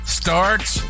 starts